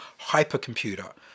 hypercomputer